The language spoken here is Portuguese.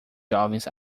jovens